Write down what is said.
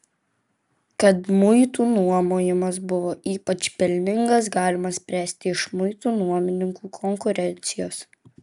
kad muitų nuomojimas buvo ypač pelningas galima spręsti iš muitų nuomininkų konkurencijos